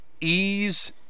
ease